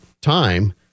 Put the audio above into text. time